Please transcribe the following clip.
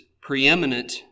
Preeminent